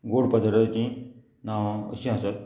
गोड पदार्थाचीं नांवां अशीं आसात